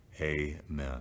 Amen